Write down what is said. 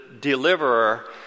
deliverer